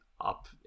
up